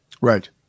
Right